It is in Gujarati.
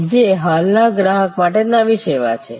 જે હાલના ગ્રાહક માટે નવી સેવા છે